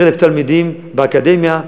10,000 תלמידים באקדמיה,